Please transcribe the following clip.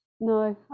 No